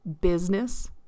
business